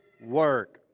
work